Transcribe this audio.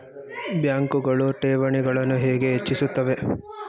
ಬ್ಯಾಂಕುಗಳು ಠೇವಣಿಗಳನ್ನು ಹೇಗೆ ಹೆಚ್ಚಿಸುತ್ತವೆ?